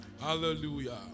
Hallelujah